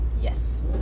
Yes